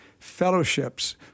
fellowships